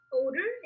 older